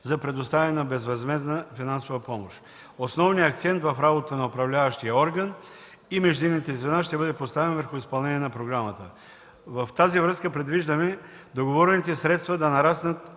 за предоставяне на безвъзмездна финансова помощ. Основният акцент в работата на управляващия орган и междинните звена ще бъде поставен върху изпълнението на програмата. В тази връзка предвиждаме договорените средства да нараснат